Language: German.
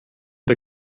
der